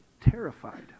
terrified